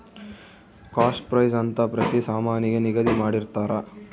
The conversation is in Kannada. ಕಾಸ್ಟ್ ಪ್ರೈಸ್ ಅಂತ ಪ್ರತಿ ಸಾಮಾನಿಗೆ ನಿಗದಿ ಮಾಡಿರ್ತರ